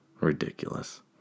Ridiculous